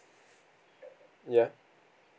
ya